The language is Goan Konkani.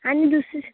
आनी दुसर